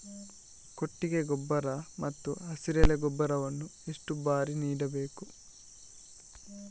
ಕೊಟ್ಟಿಗೆ ಗೊಬ್ಬರ ಮತ್ತು ಹಸಿರೆಲೆ ಗೊಬ್ಬರವನ್ನು ಎಷ್ಟು ಬಾರಿ ನೀಡಬೇಕು?